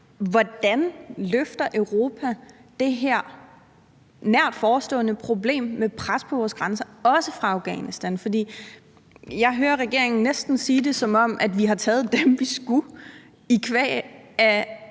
Hvordan håndterer Europa det her nært forestående problem med pres på vores grænser, også fra Afghanistan? Jeg hører næsten regeringen sige det, som om vi har taget dem, vi skulle, i kraft af